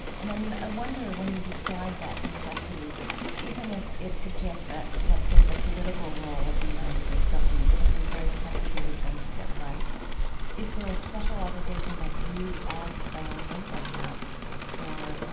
and i mean, i wonder when you described that complexity even if it suggests that, let's say, the political role of the united states government is going to be a very complicated thing to get right is there a special obligation that you, as a fellow muslim, have for,